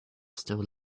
still